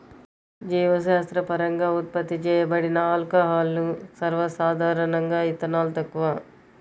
జీవశాస్త్రపరంగా ఉత్పత్తి చేయబడిన ఆల్కహాల్లు, సర్వసాధారణంగాఇథనాల్, తక్కువ